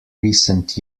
recent